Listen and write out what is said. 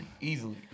easily